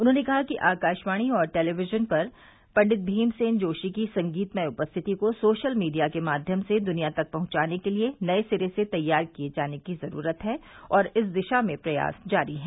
उन्होंने कहा कि आकाशवाणी और टेलीविजन पर पंडित भीमसेन जोशी की संगीतमय उपस्थिति को सोशल मीडिया के माध्यम से दुनिया तक पहचाने के लिए नए सिरे से तैयार किए जाने की जरूरत है और इस दिशा में प्रयास जारी हैं